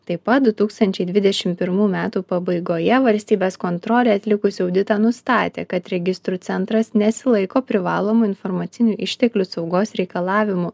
taip pat du tūkstančiai dvidešim pirmų metų pabaigoje valstybės kontrolė atlikusi auditą nustatė kad registrų centras nesilaiko privalomų informacinių išteklių saugos reikalavimų